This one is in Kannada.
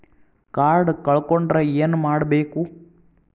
ಕಾರ್ಡ್ ಕಳ್ಕೊಂಡ್ರ ಏನ್ ಮಾಡಬೇಕು?